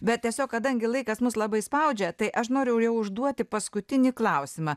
bet tiesiog kadangi laikas mus labai spaudžia tai aš noriu jau užduoti paskutinį klausimą